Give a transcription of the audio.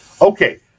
Okay